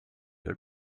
your